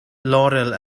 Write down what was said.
laurel